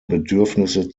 bedürfnisse